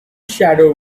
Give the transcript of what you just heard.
shadow